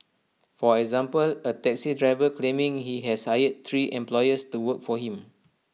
for example A taxi driver claiming he has hired three employees to work for him